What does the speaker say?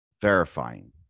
verifying